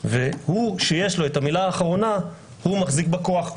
ומי שיש לו את המילה האחרונה הוא מחזיק בכוח,